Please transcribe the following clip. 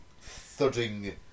thudding